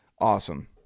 awesome